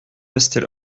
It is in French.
rester